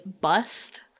bust